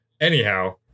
Anyhow